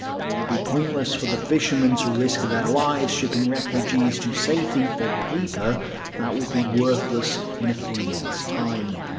it would be pointless for the fishermen to risk their lives shipping refugees to safety for paper that would be worthless in a few months time.